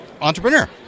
entrepreneur